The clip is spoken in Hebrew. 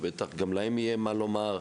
ובטח גם להם יהיה מה לומר.